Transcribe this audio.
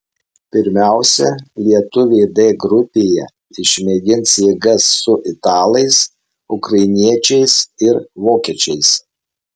pirmiausia lietuviai d grupėje išmėgins jėgas su italais ukrainiečiais ir vokiečiais